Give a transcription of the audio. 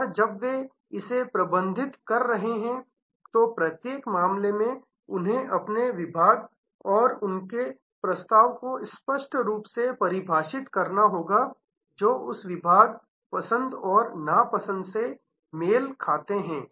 और जब वे इसे प्रबंधित कर रहे हैं तो प्रत्येक मामले में उन्हें अपने विभाग और उनके प्रस्ताव को स्पष्ट रूप से परिभाषित करना होगा जो उस विभाग पसंद और नापसंद से मेल खाते हैं